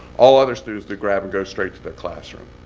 all other students do grab and go straight to their classroom.